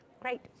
Great